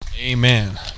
Amen